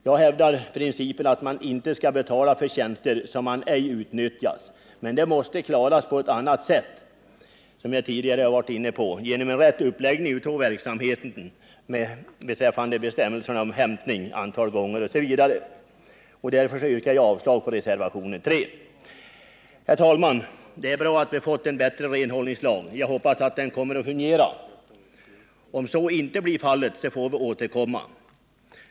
Jag hävdar principen att man inte skall betala för tjänster som man inte utnyttjar, men detta måste klaras på annat sätt — som jag tidigare har varit inne på — genom en rätt uppläggning av verksamheten beträffande bestämmelser om hämtning etc. Därför yrkar jag avslag på reservationen 3. 189 Herr talman! Det är bra att vi får en bättre renhållningslag. Jag hoppas att den kommer att fungera. Om så inte blir fallet får vi återkomma.